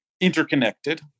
interconnected